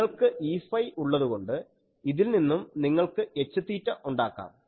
നിങ്ങൾക്ക് Eφ ഉള്ളതുകൊണ്ട് ഇതിൽ നിന്നും നിങ്ങൾക്ക് Hθ ഉണ്ടാക്കാം